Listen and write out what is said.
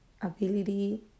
ability